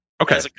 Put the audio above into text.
Okay